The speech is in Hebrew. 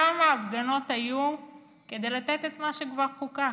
כמה הפגנות היו כדי לתת את מה שכבר חוקק?